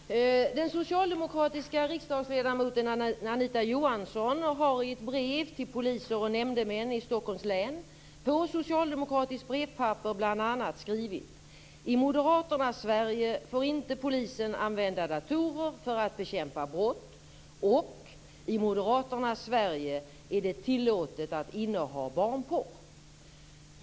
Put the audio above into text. Fru talman! Den socialdemokratiska riksdagsledamoten Anita Johansson har i ett brev till poliser och nämndemän i Stockholms län på socialdemokratiskt brevpapper bl.a. skrivit: I Moderaternas Sverige får inte polisen använda datorer för att bekämpa brott. I Moderaternas Sverige är det tillåtet att inneha barnporr.